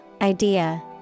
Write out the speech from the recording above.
idea